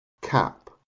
cap